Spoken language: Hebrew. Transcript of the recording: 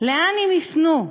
לאן הם יפנו?